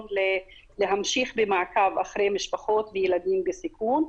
להמשיך במעקב אחרי משפחות וילדים בסיכון.